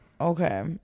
okay